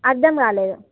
అర్దం కాలేదు